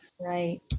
Right